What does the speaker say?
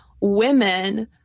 women